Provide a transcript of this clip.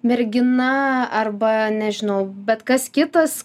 mergina arba nežinau bet kas kitas